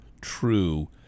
true